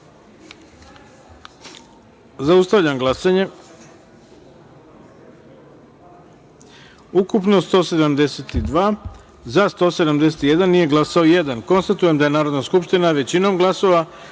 celini. Zaustavljam glasanje: ukupno 172, za – 171, nije glasao jedan. Konstatujem da je Narodna skupština većinom glasova